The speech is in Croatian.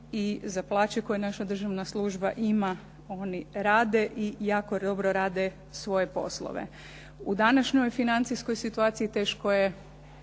i za plaće koje naša državna služba ima, oni rade i jako dobro rade svoje poslove. U današnjoj financijskoj situaciji, teško je